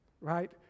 right